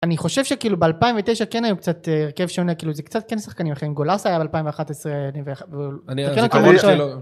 אני חושב שכאילו ב2009 כן היו קצת הרכב שונה כאילו זה קצת כן שחקנים אחרים גולאסה היה ב2011